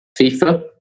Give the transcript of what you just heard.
FIFA